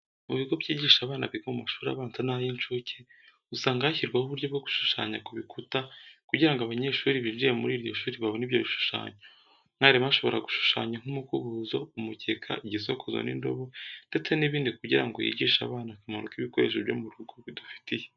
Mu bigo byigisha abana biga mu mashuri abanza n'ay'incuke, usanga hashyirwaho uburyo bwo gushushanya ku bikuta kugira ngo abanyeshuri binjiye muri iryo shuri babone ibyo bishushanyo. Umwarimu ashobora gushushanya nk'umukubuzo, umukeka, igisokozo, indobo ndetse n'ibindi kugira ngo yigishe abana akamaro ibikoresho byo mu rugo bidufitiye.